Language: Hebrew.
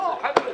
בואו.